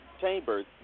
chambers